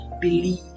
believe